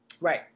right